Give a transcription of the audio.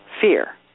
fear